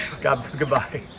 goodbye